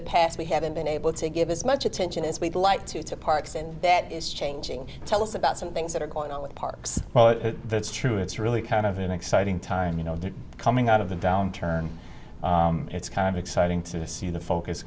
the past we haven't been able to give as much attention as we'd like to to parks and that is changing tell us about some things that are going on with parks well that's true it's really kind of an exciting time you know coming out of the downturn it's kind of exciting to see the focus